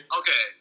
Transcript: okay